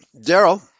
Daryl